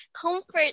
comfort